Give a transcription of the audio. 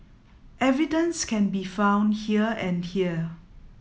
evidence can be found here and here